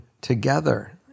together